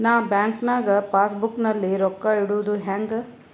ನಾ ಬ್ಯಾಂಕ್ ನಾಗ passbook ನಲ್ಲಿ ರೊಕ್ಕ ಇಡುದು ಹ್ಯಾಂಗ್?